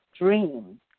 dream